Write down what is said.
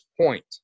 point